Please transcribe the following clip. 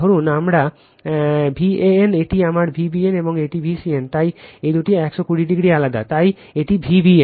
ধরুন এটি আমার Van এটি আমার Vbn এটি আমার Vcn তাই এটি 120 ও আলাদা তাই এটি Vbn